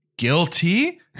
Guilty